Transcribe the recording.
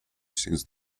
since